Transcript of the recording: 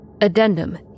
Addendum